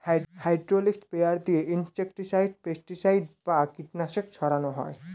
hydraulic sprayer দিয়ে insecticide, pesticide বা কীটনাশক ছড়ান হয়